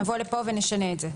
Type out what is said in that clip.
נבוא לפה ונשנה את זה.